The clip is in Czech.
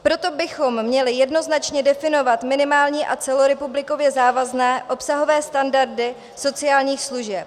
Proto bychom měli jednoznačně definovat minimální a celorepublikově závazné obsahové standardy sociálních služeb.